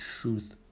truth